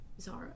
Zara